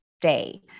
day